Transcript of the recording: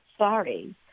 sorry